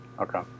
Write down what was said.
Okay